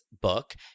book